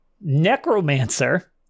necromancer